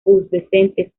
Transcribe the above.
pubescentes